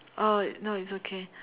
oh no it's okay